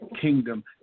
Kingdom